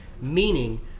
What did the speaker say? meaning